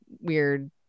weird